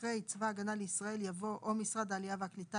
אחרי "צבא הגנה לישראל" יבוא "או משרד העלייה והקליטה,